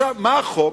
מה החוק?